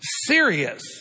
serious